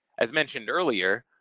as mentioned earlier,